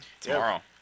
Tomorrow